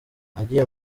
nagiye